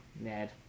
Ned